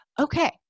okay